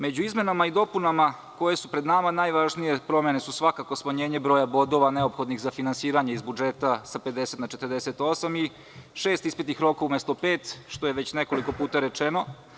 Među izmenama i dopunama koje su pred nama, najvažnije promene su svakako smanjenje broja bodova neophodnih za finansiranje iz budžeta sa 50 na 48 i šest ispitnih rokova umesto pet, što je već nekoliko puta rečeno.